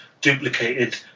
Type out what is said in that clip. duplicated